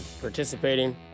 participating